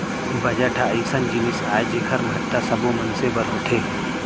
budget ह अइसन जिनिस आय जेखर महत्ता सब्बो मनसे बर होथे